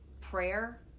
prayer